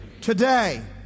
Today